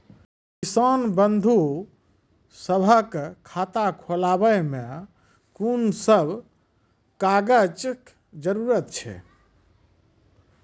किसान बंधु सभहक खाता खोलाबै मे कून सभ कागजक जरूरत छै?